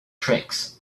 tricks